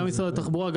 גם משרד התחבורה,